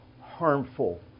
harmful